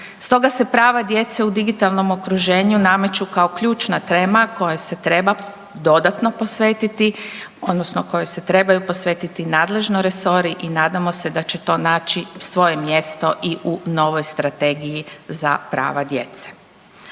Stoga se prava djece u digitalnom okruženju nameću kao ključna tema kojoj se treba dodatno posvetiti odnosno kojoj se trebaju posvetiti nadležni resori i nadamo se da će to naći svoje mjesto i u novoj strategiji za prava djece.